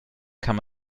kann